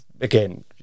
again